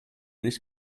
this